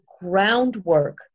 groundwork